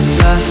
la